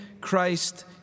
Christ